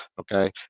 okay